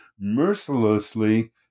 mercilessly